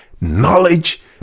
knowledge